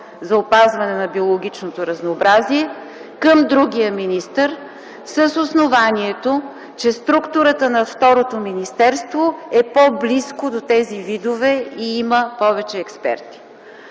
за опазване на биологичното разнообразие към другия министър с основанието, че структурата на второто министерство е по-близко до тези видове и има повече експерти.